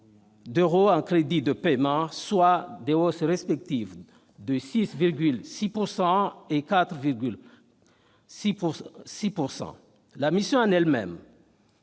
d'euros en crédits de paiement, soit des hausses respectives de 7,6 % et de 4,6 %. La mission en elle-même,